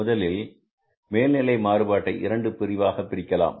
முதலில் மேல்நிலை மாறுபாட்டை இரண்டு பிரிவாக பிரிக்கலாம்